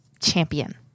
champion